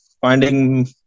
finding